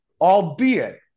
albeit